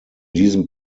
diesem